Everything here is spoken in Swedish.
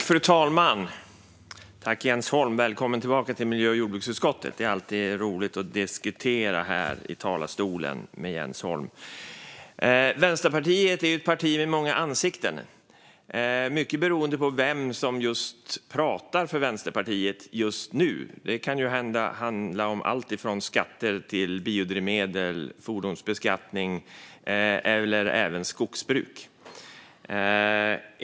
Fru talman! Välkommen tillbaka till miljö och jordbruksutskottet, Jens Holm! Det är alltid roligt att stå här i talarstolen och diskutera med Jens Holm. Vänsterpartiet är ett parti med många ansikten. Mycket beror på vem som pratar för Vänsterpartiet just nu. Det kan handla om allt från skatter och biodrivmedel till fordonsbeskattning och skogsbruk.